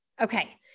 Okay